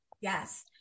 Yes